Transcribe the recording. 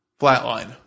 Flatline